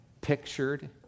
pictured